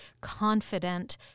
confident